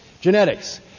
genetics